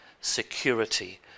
security